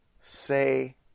say